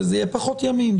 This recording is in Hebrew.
זה יהיה פחות ימים.